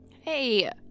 hey